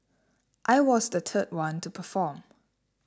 I was the third one to perform